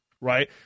right